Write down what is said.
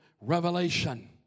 revelation